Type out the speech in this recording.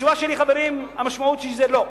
התשובה שלי, חברים, המשמעות היא שזה לא.